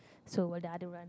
so will the other one